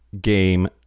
game